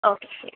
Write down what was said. okay ശരി